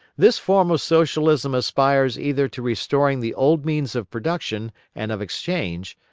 this form of socialism aspires either to restoring the old means of production and of exchange,